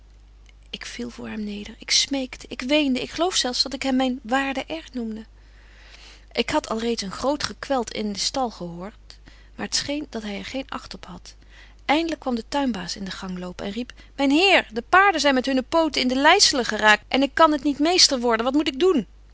ik viel voor hem neder ik smeekte ik weende ik geloof zelf dat ik hem myn waarde r noemde ik had al reeds een groot geweld in den stal gehoort maar t scheen dat hy er geen acht op gaf eindlyk kwam de tuinbaas in den gang lopen en riep myn heer de paarden zyn met hunne poten in de leiseelen geraakt en ik kan het niet meester worden wat moet ik doen